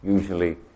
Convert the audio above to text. Usually